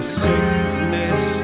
sickness